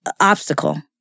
obstacle